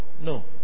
No